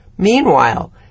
Meanwhile